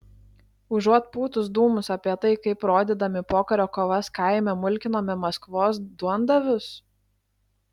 užuot pūtus dūmus apie tai kaip rodydami pokario kovas kaime mulkinome maskvos duondavius